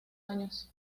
años